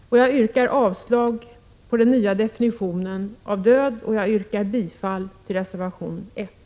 Jag yrkar avslag när det gäller den nya definitionen av död samt bifall till reservation 1.